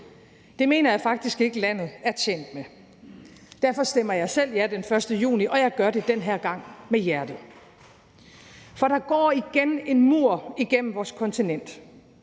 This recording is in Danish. Det mener jeg faktisk ikke at vi er tjent med. Derfor stemmer jeg selv ja den 1. juni, og det gør jeg med hjertet. Der går igen en mur igennem vores kontinent,